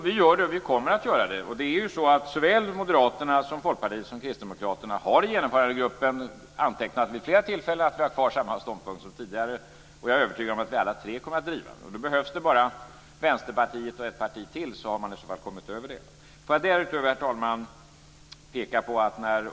Herr talman! Jo, det gör vi - och det kommer vi att göra. Såväl Moderaterna och Folkpartiet som Kristdemokraterna har i Genomförandegruppen vid flera tillfällen antecknat att samma ståndpunkt som tidigare gäller. Jag är övertygad om att vi i de tre partierna kommer att driva frågan. Då behövs det bara Vänsterpartiet och ett parti till för att så att säga komma över där. Herr talman!